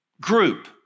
group